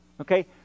Okay